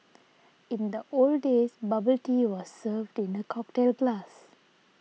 in the old days bubble tea was served in a cocktail glass